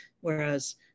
whereas